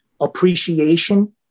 appreciation